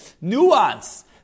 nuance